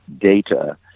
data